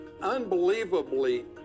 unbelievably